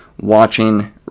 watching